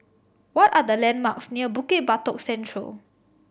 what are the landmarks near Bukit Batok Central